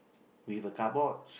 with a card box